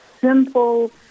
simple